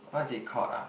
what is it called ah